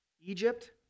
Egypt